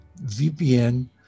VPN